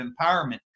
Empowerment